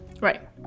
Right